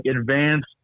advanced